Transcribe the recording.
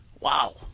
Wow